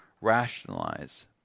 rationalize